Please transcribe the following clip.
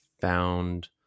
found